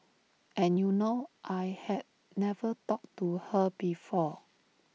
and you know I had never talked to her before